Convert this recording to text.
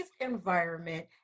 environment